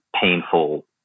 painful